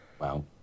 Wow